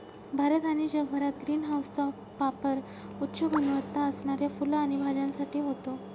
भारत आणि जगभरात ग्रीन हाऊसचा पापर उच्च गुणवत्ता असणाऱ्या फुलं आणि भाज्यांसाठी होतो